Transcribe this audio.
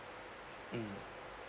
mm